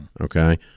okay